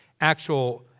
actual